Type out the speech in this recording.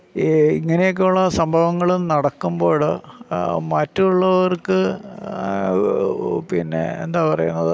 ഈ ഇങ്ങനെയൊക്കെയുള്ള സംഭവങ്ങൾ നടക്കുമ്പോൾ മറ്റുള്ളവർക്ക് പിന്നെ എന്താണ് പറയുന്നത്